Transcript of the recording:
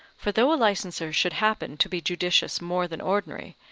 for though a licenser should happen to be judicious more than ordinary,